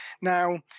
Now